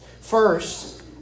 First